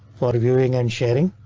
for viewing and sharing,